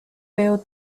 wheel